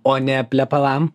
o ne plepalam